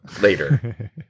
later